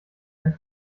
einen